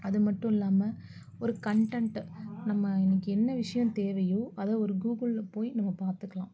அதுமட்டும் இல்லாமல் ஒரு கண்டென்ட் நம்ம இன்றைக்கி என்ன விஷயம் தேவையோ அதை ஒரு கூகுளில் போய் நம்ம பார்த்துக்கலாம்